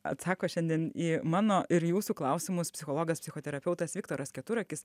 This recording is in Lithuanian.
atsako šiandien į mano ir jūsų klausimus psichologas psichoterapeutas viktoras keturakis